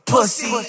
Pussy